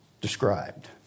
described